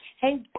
hey